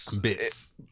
bits